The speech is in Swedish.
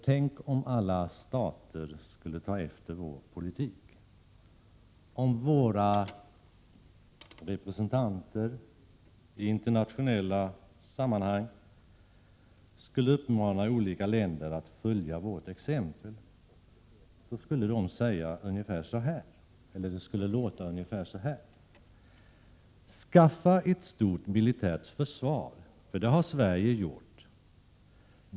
Tänk om alla stater skulle ta efter vår politik, om våra representanter i internationella sammanhang skulle uppmana olika länder att följa vårt exempel, då skulle det låta ungefär så här: Skaffa ett starkt militärt försvar, för det har Sverige gjort!